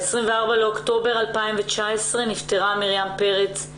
ב-24 באוקטובר 2019 נפטרה מרים פרץ,